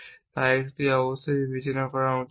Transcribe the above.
তাই এটি অবশ্যই বিবেচনায় নেওয়া উচিত